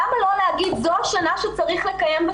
למה לא להגיד זו השנה שצריך לקיים בה